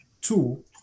two